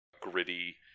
gritty